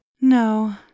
No